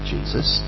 Jesus